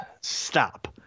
Stop